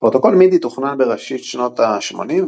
פרוטוקול מידי תוכנן בראשית שנות ה-80,